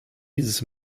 dieses